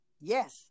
Yes